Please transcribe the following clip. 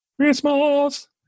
Christmas